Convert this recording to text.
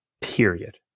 period